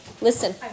Listen